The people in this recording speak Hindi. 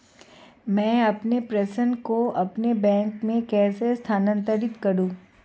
मैं अपने प्रेषण को अपने बैंक में कैसे स्थानांतरित करूँ?